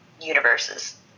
Universes